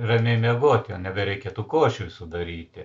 ramiai miegot jau nebereikia tų košių visų daryti